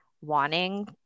wanting